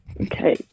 Okay